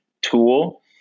tool